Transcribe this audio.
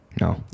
No